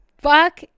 Fuck